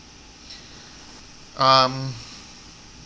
um